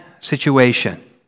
situation